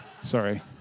Sorry